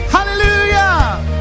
Hallelujah